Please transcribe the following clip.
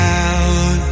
out